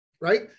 right